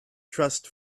trust